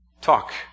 talk